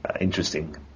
interesting